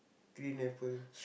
green apple